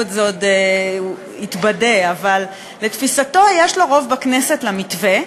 עוד יתבדה, אבל לתפיסתו יש לו רוב בכנסת למתווה,